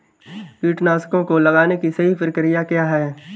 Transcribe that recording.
कीटनाशकों को लगाने की सही प्रक्रिया क्या है?